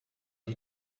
die